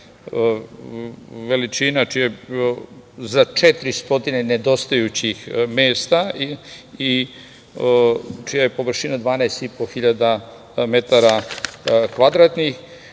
veličina za 400 nedostajućih mesta, čija je površina 12.500 m2 kao i